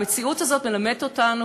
המציאות הזאת מלמדת אותנו,